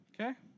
Okay